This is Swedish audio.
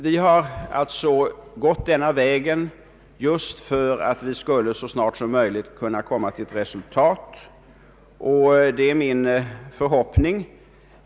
Vi har gått denna väg just för att vi så snart som möjligt skulle kunna komma till ett resultat.